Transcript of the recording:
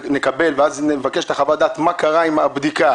ונבקש את חוות הדעת מה קרה עם הבדיקה